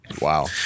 Wow